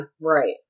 right